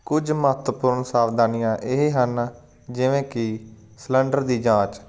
ਕੁਝ ਮਹੱਤਵਪੂਰਨ ਸਾਵਧਾਨੀਆਂ ਇਹ ਹਨ ਜਿਵੇਂ ਕਿ ਸਿਲੰਡਰ ਦੀ ਜਾਂਚ